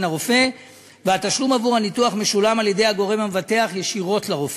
הרופא והתשלום עבור הניתוח משולם על-ידי הגורם המבטח ישירות לרופא.